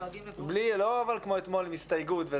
אבל לא כמו אתמול עם הסתייגות.